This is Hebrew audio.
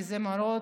כי אלה מראות